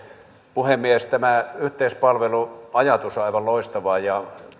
puhemies tämä yhteispalveluajatus on aivan loistava ja